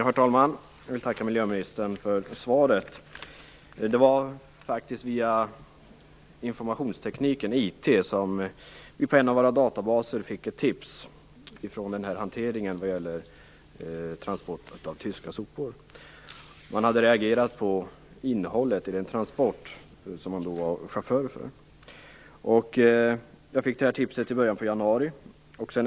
Herr talman! Jag vill tacka miljöministern för svaret. Det var via informationstekniken, IT, som vi i en av våra databaser fick ett tips om den här hanteringen med transport av tyska sopor. Man hade reagerat på innehållet i den transport som man var chaufför för. Jag fick det här tipset i början på januari.